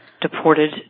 deported